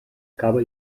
cava